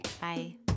Bye